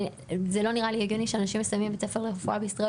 זה לא נראה לי הגיוני שאנשים מסיימים בית ספר לרפואה בישראל,